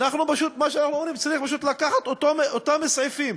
מה שאנחנו אומרים, צריך פשוט לקחת את אותם הסעיפים